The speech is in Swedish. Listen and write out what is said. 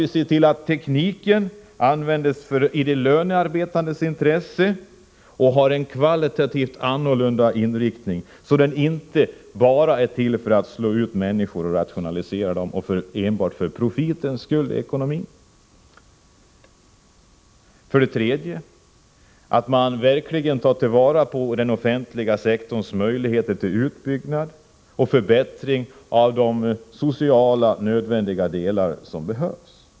Vi måste se till att tekniken används i de lönearbetandes intresse och har en kvalitativt annorlunda inriktning, så att den inte bara är till för att slå ut människor och rationalisera och därmed arbetar för profiten. 3. Vi måste verkligen ta vara på den offentliga sektorns möjligheter till utbyggnad och förbättring av de sociala nödvändiga delar som behövs.